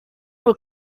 will